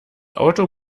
auto